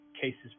...cases